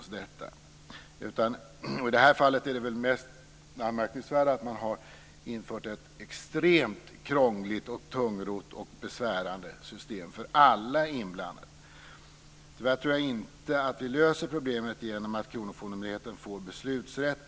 I det här fallet är väl det mest anmärkningsvärda att man har infört ett extremt krångligt, tungrott och besvärande system för alla inblandade. Tyvärr tror jag inte att vi löser problemet genom att kronofogdemyndigheten får beslutsrätt.